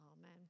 Amen